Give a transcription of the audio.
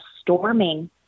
storming